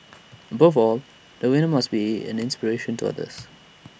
above all the winner must be an inspiration to others